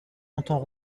entend